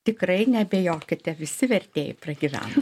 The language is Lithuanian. tikrai neabejokite visi vertėjai pragyvena